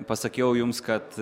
pasakiau jums kad